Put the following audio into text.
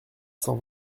cent